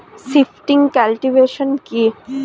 Shifting cultivation কি?